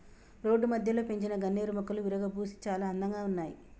road మధ్యలో పెంచిన గన్నేరు మొక్కలు విరగబూసి చాలా అందంగా ఉన్నాయి